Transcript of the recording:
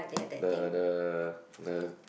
the the the